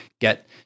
get